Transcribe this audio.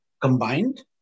combined